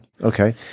Okay